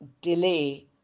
delay